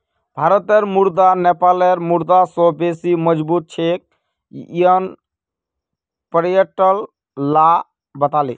भारतेर मुद्रा नेपालेर मुद्रा स बेसी मजबूत छेक यन न पर्यटक ला बताले